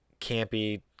campy